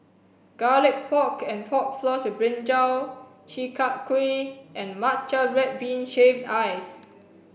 garlic pork and pork floss with brinjal chi kak kuih and matcha red bean shaved ice